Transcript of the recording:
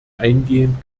eingehend